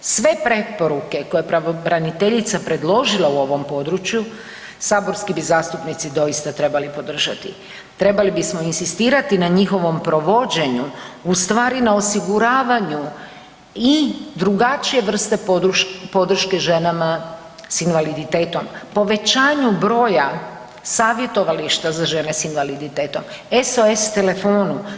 Sve preporuke koje je pravobraniteljica predložila u ovom području saborski bi zastupnici doista trebali, trebali bismo insistirati na njihovom provođenju, ustvari na osiguravanju i drugačije vrste podrške ženama s invaliditetom, povećanju broja savjetovališta za žene s invaliditetom, SOS telefonu.